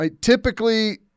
Typically